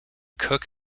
cook